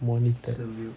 monitored